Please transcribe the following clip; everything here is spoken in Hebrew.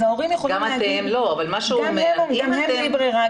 ההורים יכולים להגיד שהם בלי ברירה,